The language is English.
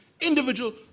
individual